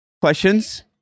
questions